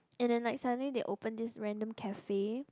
and then like suddenly they open this random cafe